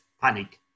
panic